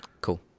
Cool